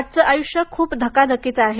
आजचे आयुष्य खूप धकाधकीचं आहे